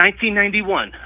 1991